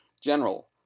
General